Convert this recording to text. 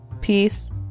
peace